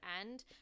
end